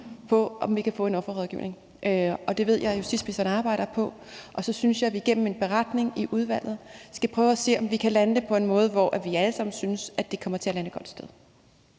på, om vi kan få en offerrådgivning, og det ved jeg justitsministeren arbejder på. Og så synes jeg, at vi igennem en beretning i udvalget skal prøve at se, om vi kan lande det på en måde, så vi alle sammen synes, at det kommer til at lande et godt sted.